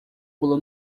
pula